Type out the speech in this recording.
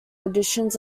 additions